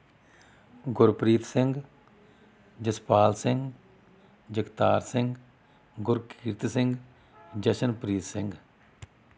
Gurpreet Singh Jaspal Singh Jagtar Singh Gurkirat Singh Jashanpreet Singh